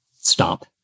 stop